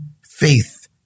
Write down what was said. faith